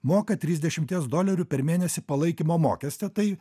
moka trisdešimties dolerių per mėnesį palaikymo mokestį tai